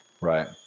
Right